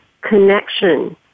connection